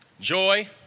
Joy